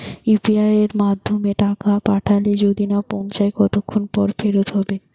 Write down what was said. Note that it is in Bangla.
ইউ.পি.আই য়ের মাধ্যমে টাকা পাঠালে যদি না পৌছায় কতক্ষন পর ফেরত হবে?